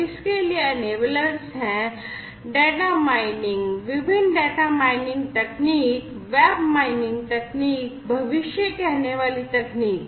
इसके लिए enablers हैं डेटा माइनिंग विभिन्न डेटा माइनिंग तकनीक वेब माइनिंग तकनीक और भविष्य कहने वाली तकनीक हैं